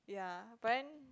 ya but then